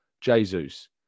Jesus